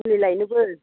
मुलि लायनोबो